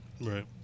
Right